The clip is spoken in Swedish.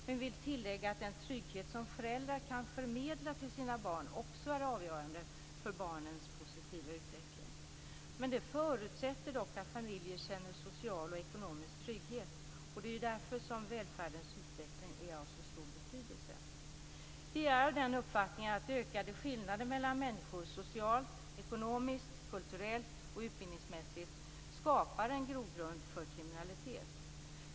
Men vi vill tillägga att den trygghet som föräldrar kan förmedla till sina barn också är avgörande för barnens positiva utveckling. Det förutsätter dock att familjen känner social och ekonomisk trygghet. Det är därför välfärdens utveckling är av så stor betydelse. Vi är av den uppfattningen att ökade skillnader mellan människor, socialt, ekonomiskt, kulturellt och utbildningsmässigt, skapar en grogrund för kriminalitet.